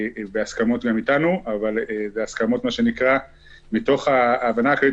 אבל ההסכמה שלנו היא מתוך ההבנה הכללית